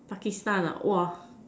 Pakistan ah !wah!